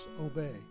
obey